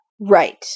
Right